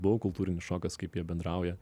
buvau kultūrinis šokas kaip jie bendrauja